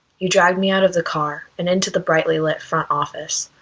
you dragged me out of the car and into the brightly lit front office.